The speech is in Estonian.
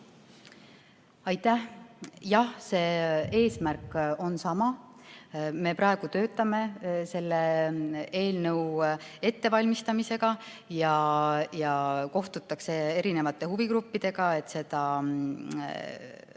Aitäh! Jah, see eesmärk on sama. Me praegu töötame selle eelnõu ettevalmistamise kallal ja kohtutakse erinevate huvigruppidega, et sõnastusi